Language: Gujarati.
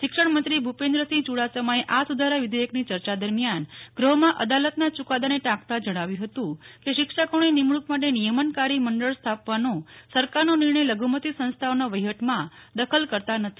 શિક્ષણમંત્રી ભૂપેન્દ્રસિંહ યુડાસમાએ આ સુધારા વિધેયકની ચર્ચા દરમ્યાન ગૃહમાં અદાલતના ચુકાદાને ટાંકતા જણાવ્યું હતું કે શિક્ષકોની નિમણૂક માટે નિયમનકારી મંડળ સ્થાપવાનો સરકારનો નિર્ણય લધુમતી સંસ્થાઓના વહીવટમાં દખલકર્તા નથી